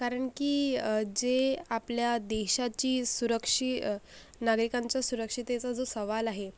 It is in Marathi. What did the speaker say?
कारण की जे आपल्या देशाची सुरक्षि नागरिकांच्या सुरक्षिततेचा जो सवाल आहे